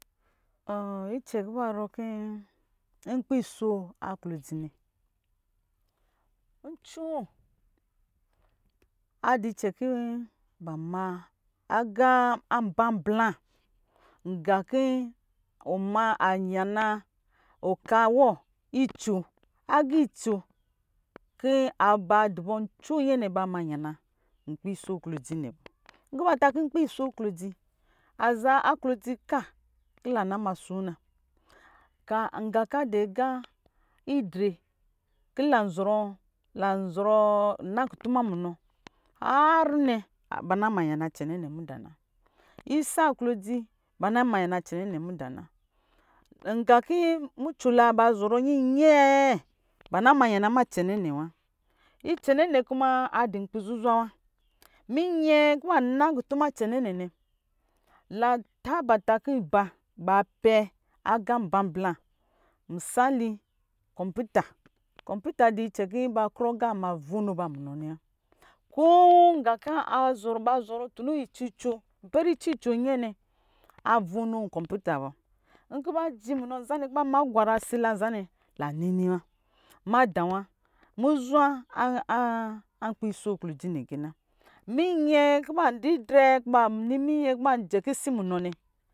icɛ kɔ ba rɔ kɔ icɛ kɔ baso klodzinɛ ncoo adicɛ kin bama aga amblabla ga ki ɔma an yana ɔki wo gii coo agiicoo ki ba dibɔ nco nyɛnɛ ba ma yana nkpi so klodzinɛ bɔ nki ba taki nkpi so klodzi, aza aklodzi ka kila na masona ka nga kadi ga idre kila zɔrɔ la zɔrɔ ninaku fuma munɔ rnɛ ba na ma yana cɛnɛ midana, sisa klodzi ba na mayana cɛnɛ nɛ midana, nga ki mucoo ladi zɔrɔ nyiyɛɛ ba na ma yana mi cɛnɛ nɛ wa, icɛnɛ nɛ kuma adi nkpi zuzwa wa minyɛ ki ba na kutuma cɛnɛ nɛ latabata ki ba ba pɛ aga mbla bla misali cɔmputa, cɔmputa adicɛ ki ba krɔ ga ma vɔno munɔ nɛ wa ko ga kɔ a ba zɔrɔ icica nyɛnɛ, avono ncɔmputa bɔ nki ba ji munɔ nza nɛ ki ba ma gwara sila nmzanɛ lan ni ni wa, mada nwa, muzwa ankpiso klodzi nɛ kɛna, minyɛ kiba jɛkisi munɔ nɛ.